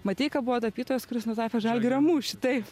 mateika buvo tapytojas kuris nutapė žalgirio mūšį taip